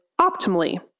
optimally